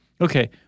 okay